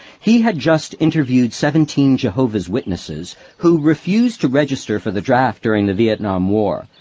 he had just interviewed seventeen jehovah's witnesses who refused to register for the draft during the vietnam war,